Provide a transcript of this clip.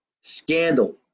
scandal